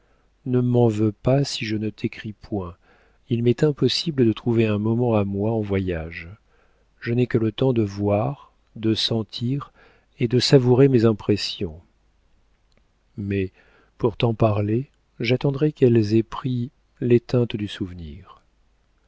ne m'en veux pas si je ne t'écris point il m'est impossible de trouver un moment à moi en voyage je n'ai que le temps de voir de sentir et de savourer mes impressions mais pour t'en parler j'attendrai qu'elles aient pris les teintes du souvenir